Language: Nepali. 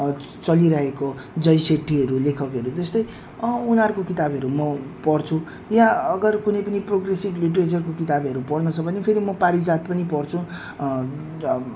चलिरहेको जयसेट्ठीहरू लेखकहरू त्यस्तै अँ उनीहरूको किताबहरू म पढ्छु या अगर कुनै पनि प्रोग्रेसिभ लिटरेचरको किताबहरू पढ्नु छ भने फेरि म पारिजात पनि पढ्छु